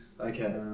Okay